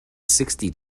sixty